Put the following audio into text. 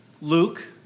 Luke